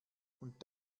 und